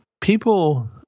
People